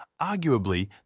Arguably